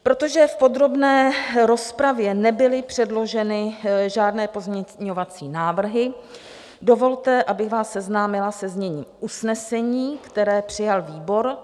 Protože v podrobné rozpravě nebyly předloženy žádné pozměňovací návrhy, dovolte, abych vás seznámila se zněním usnesení, které přijal výbor.